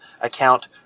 account